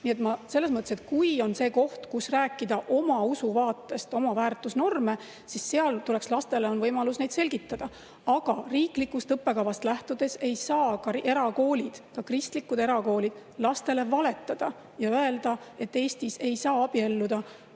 Nii et, kui on see koht, kus rääkida oma usuvaatest, oma väärtusnormidest, siis seal on võimalus lastele neid selgitada. Aga riiklikust õppekavast lähtudes ei saa ka erakoolid, ka kristlikud erakoolid, lastele valetada ja öelda, et Eestis ei saa abielluda